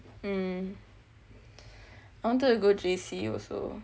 mm I wanted to go J_C also